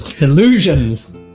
Illusions